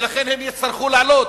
ולכן הם יצטרכו להעלות.